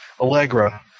Allegra